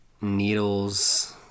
needles